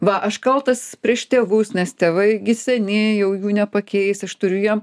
va aš kaltas prieš tėvus nes tėvai gi seni jau jų nepakeis aš turiu jiem